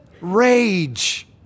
rage